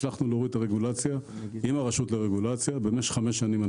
הצלחנו להוריד את הרגולציה; אנחנו עובדים על זה לאורך חמש שנים.